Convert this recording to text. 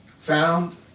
found